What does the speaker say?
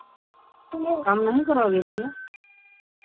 कम नहीं करोगे भैया